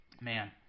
Man